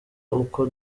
uko